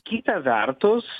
kitą vertus